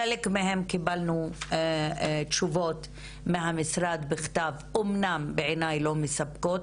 על חלקן קיבלנו תשובות מהמשרד בכתב - אמנם לא מספקות,